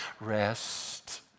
Rest